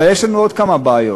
אבל יש לנו עוד כמה בעיות,